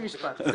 משפט, דודי.